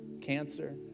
cancer